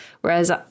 whereas